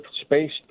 space